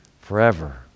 forever